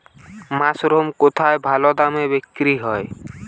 Mushroom কেথায় ভালোদামে বিক্রয় হয়?